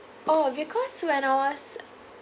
oh because when I was